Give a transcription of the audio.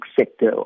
sector